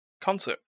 concert